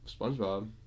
Spongebob